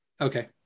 Okay